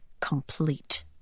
complete